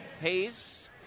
Hayes